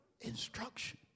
instruction